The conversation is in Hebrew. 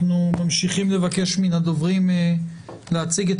אנחנו ממשיכים לבקש מהדוברים להציג את